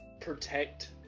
protect